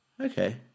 Okay